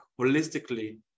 holistically